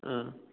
ꯎꯝ